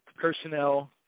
personnel